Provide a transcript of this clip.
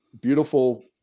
beautiful